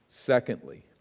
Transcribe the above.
Secondly